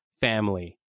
family